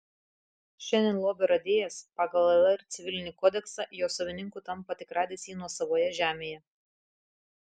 šiandien lobio radėjas pagal lr civilinį kodeksą jo savininku tampa tik radęs jį nuosavoje žemėje